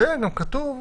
וגם כתוב,